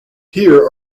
here